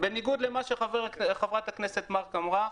בניגוד למה שאמרה חברת הכנסת מארק,